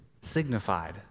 signified